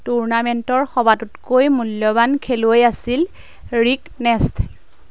টুৰ্ণামেণ্টৰ সবাতোকৈ মূল্যৱান খেলুৱৈ আছিল ৰিক নেষ্ট